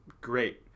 great